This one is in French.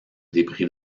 débris